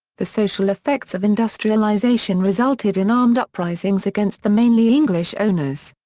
the social effects of industrialisation resulted in armed uprisings against the mainly english owners.